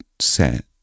set